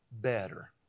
better